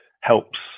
helps